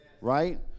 right